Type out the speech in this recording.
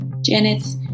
Janet's